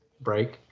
break